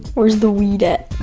where's the weed at?